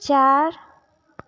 चार